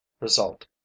result